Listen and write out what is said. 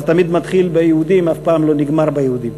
זה תמיד מתחיל ביהודים, אף פעם לא נגמר ביהודים.